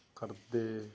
ਕਰਦੇ